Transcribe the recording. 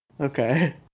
Okay